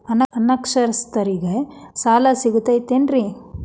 ಅನಕ್ಷರಸ್ಥರಿಗ ಸಾಲ ಸಿಗತೈತೇನ್ರಿ?